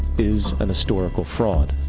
is an historical fraud.